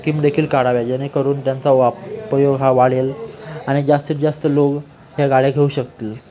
स् ककीम देेखील काढाव्या जेणेकरून त्यांचा उपयोग हा वाढेल आणि जास्तीत जास्त लोक ह्या गाड्या घेऊ शकतील